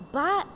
but